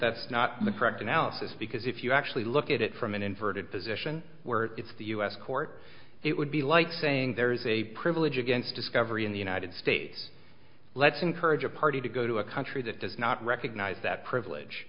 that's not the correct analysis because if you actually look at it from an inverted position where it's the u s court it would be like saying there is a privilege against discovery in the united states let's encourage a party to go to a country that does not recognize that privilege